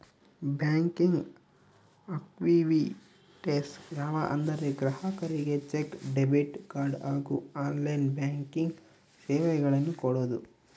banking activities ಯಾವ ಅಂದರೆ ಗ್ರಾಹಕರಿಗೆ ಚೆಕ್, ಡೆಬಿಟ್ ಕಾರ್ಡ್ ಹಾಗೂ ಆನ್ಲೈನ್ ಬ್ಯಾಂಕಿಂಗ್ ಸೇವೆಗಳನ್ನು ಕೊಡೋದು